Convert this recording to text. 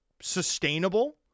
sustainable